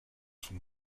from